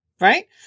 Right